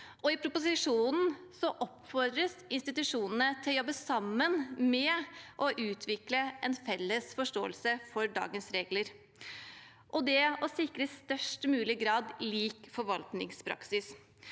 i proposisjonen oppfordres institusjonene til å jobbe sammen med å utvikle en felles forståelse for dagens regler og å sikre lik forvaltningspraksis